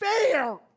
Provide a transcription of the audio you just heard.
fair